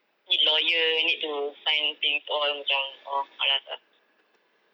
need lawyer need to sign things all macam ugh malas ah